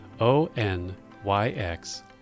O-N-Y-X